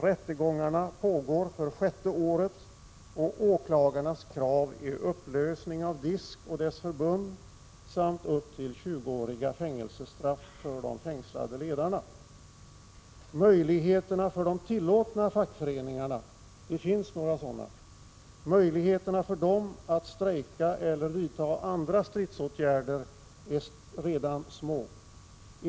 Rättegångarna pågår för sjätte året, och åklagarnas krav är en upplösning av DISK och dess förbund samt upp till 20-åriga fängelsestraff för de fängslade ledarna. Möjligheterna för de tillåtna fackföreningarna — det finns några sådana — att strejka eller vidta andra stridsåtgärder är redan små.